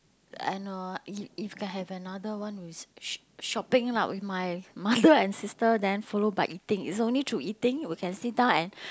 and uh if if can have another one with shop~ shopping lah with my mother and sister then follow by eating it's only through eating we can sit down and